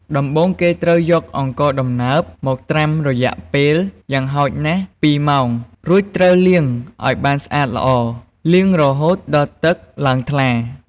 ដំបូង គេត្រូវយកអង្ករដំណើបមកត្រាំរយៈពេល យ៉ាងហោចណាស់ពីរម៉ោង រួចត្រូវលាងឱ្យបានស្អាតល្អ លាងរហូតដល់ទឹកឡើងថ្លា។